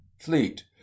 fleet